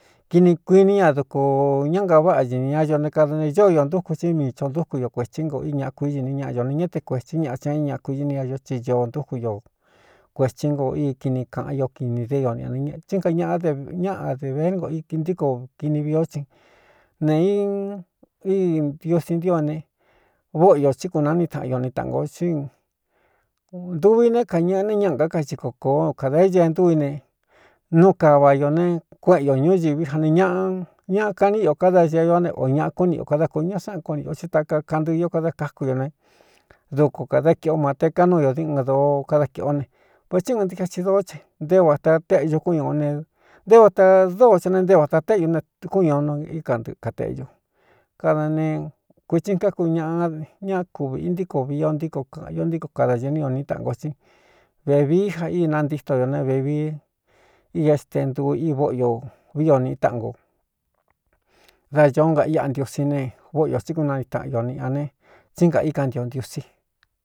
Kini kuiní ña dukū ñá nga váꞌa ñini ña ño ne kada ne ñóo io ntúku tsí mii tho ndúku o kuētsí ngo i ñaꞌ kuíñiní ñaꞌa ño ne ñá te kuētsí ñaꞌa chi ña i ñaa kuiɨniña ño tsi ño ntúku ño kuētsí ngo i kini kāꞌan io kinī dé o nꞌatsí nga ñaꞌa de ñáꞌa de vérngo i intíko kini viꞌi ó tsin nee īn i ntiosi ntío ne vóꞌo iō tsí kūnaní taꞌan ño nii taꞌango tsí nduvi né kañeꞌɨ ne ñaꞌa kákati ko kōó kādā éñee ndúu i ne nú kava ñō ne kueꞌen ñō ñúñiví ja ne ñaꞌa ñaꞌa kaní io kada ñee ño ne o ñaꞌa kú ni o kada kū ñaa sáꞌan kuú ni ō tsí taka kaꞌntɨɨ io kadá káku ño ne duku kādá kīꞌó mate ká núu ño diꞌɨn dōo kadá kīꞌ o ne vatsí ɨɨn ntií ka ti dōó tsa nté vata téꞌ ñu kúñūꞌu ne nté vata dóo tsa ne nté vata téꞌñu ne kúñūu nu íkan ntɨꞌɨ kateꞌ ño kada ne kuītsi káku ñaꞌa ñá kuvī i ntíko vii o ntíko kāꞌan ño ntíko kada ñɨ ní o ní taꞌan go tsí vēvií ja í nantíto ño ne vevií i é stenduu í vóꞌo io vii o niꞌi táꞌango da ñoó ngaꞌ iꞌa ntiosí ne vóꞌo ō tsí kunani taꞌan ñō niꞌña ne tsí ngāíkán ntiō ntiusí